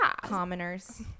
commoners